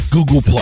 Google+